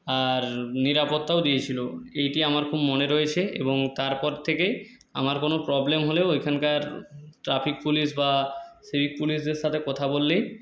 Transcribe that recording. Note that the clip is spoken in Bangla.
আর নিরাপত্তাও দিয়েছিল এইটি আমার খুব মনে রয়েছে এবং তারপর থেকে আমার কোনও প্রবলেম হলেও ওইখানকার ট্রাফিক পুলিশ বা সিভিক পুলিশদের সাথে কথা বললেই